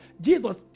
Jesus